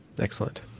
Excellent